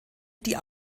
die